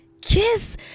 kiss